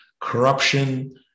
corruption